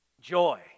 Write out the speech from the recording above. Joy